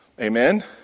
Amen